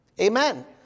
Amen